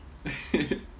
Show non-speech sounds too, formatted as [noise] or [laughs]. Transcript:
[laughs]